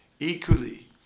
Equally